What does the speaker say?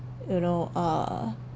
you know uh